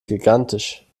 gigantisch